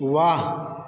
वाह